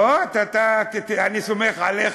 לא, אני סומך עליך.